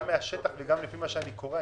גם מהשטח וגם לפי מה שאני קורא.